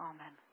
Amen